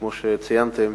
כמו שציינתם,